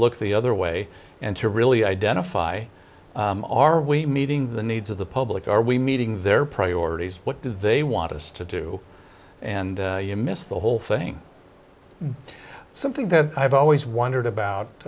look the other way and to really identify are we meeting the needs of the public are we meeting their priorities what do they want us to do and you missed the whole thing something that i've always wondered about